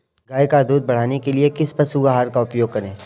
गाय का दूध बढ़ाने के लिए किस पशु आहार का उपयोग करें?